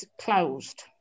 closed